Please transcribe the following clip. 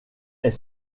est